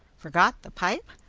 forgot the pipe!